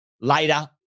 later